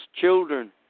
children